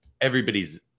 everybody's